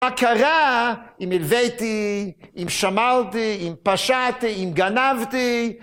מה קרה אם הלוויתי, אם שמרתי, אם פשעתי, אם גנבתי?